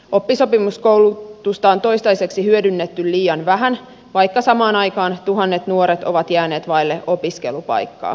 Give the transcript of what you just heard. oppisopimuskoulutusta on toistaiseksi hyödynnetty liian vähän vaikka samaan aikaan tuhannet nuoret ovat jääneet vaille opiskelupaikkaa